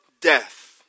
death